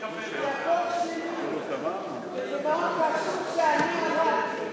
זה החוק שלי, מאוד חשוב מה שאמרתי,